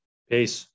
Peace